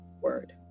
word